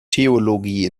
theologie